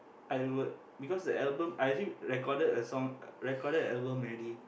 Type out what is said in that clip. I would because the album I actually recorded a song recorded a album already